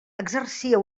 exercia